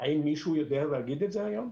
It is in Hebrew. האם מישהו יודע להגיד את זה היום?